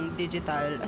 digital